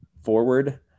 forward